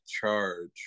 charge